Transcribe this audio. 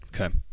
Okay